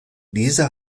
diese